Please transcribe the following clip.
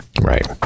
Right